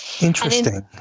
Interesting